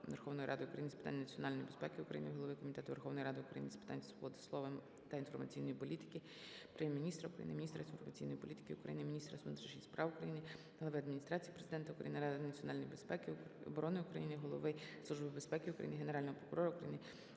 Верховної Ради України з питань національної безпеки і оборони, голови Комітету Верховної Ради України з питань свободи слова та інформаційної політики, Прем'єр-міністра України, міністра інформаційної політики України, міністра внутрішніх справ України, глави Адміністрації Президента України, Ради національної безпеки і оборони України, Голови Служби безпеки України, Генерального прокурора України